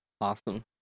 Awesome